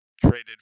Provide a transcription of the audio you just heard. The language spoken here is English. traded